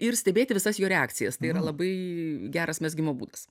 ir stebėti visas jo reakcijas tai yra labai geras mezgimo būdas